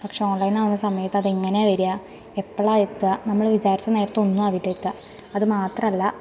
പക്ഷേ ഓൺലൈനാകുന്ന സമയത്ത് അതെങ്ങനെയാണ് വരിക എപ്പോഴാണ് എത്തുക നമ്മൾ വിചാരിച്ച നേരത്തൊന്നും ആവില്ല എത്തുക അത് മാത്രമല്ല